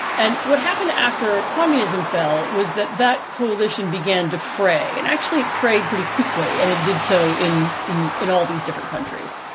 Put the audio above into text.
and what happened after communism fell was that that coalition began to fray. and actually it frayed pretty quickly and it did so in in all these different countries,